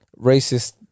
racist